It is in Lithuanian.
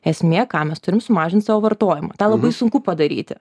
esmė ką mes turim sumažinti savo vartojimą tą labai sunku padaryti